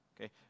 Okay